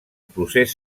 procés